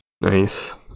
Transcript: nice